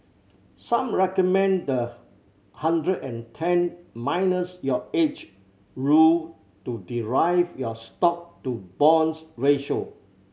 some recommend the hundred and ten minus your age rule to derive your stock to bonds ratio